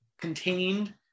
contained